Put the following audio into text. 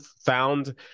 found